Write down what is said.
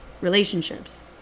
relationships